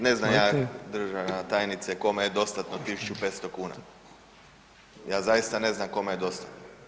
Ne, znam ja državna tajnice kome je dostatno 1.500 kuna, ja zaista ne znam kome je dostatno.